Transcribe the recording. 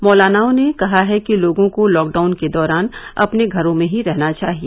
मौलानाओं ने कहा है कि लोगों को लॉकडाउन के दौरान अपने घरों में ही रहना चाहिए